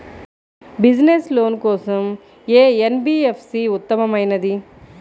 Business loan కోసం ఏ NBFC ఉత్తమమైనది?